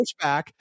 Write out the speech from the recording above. pushback